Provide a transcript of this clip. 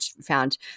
found